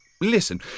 Listen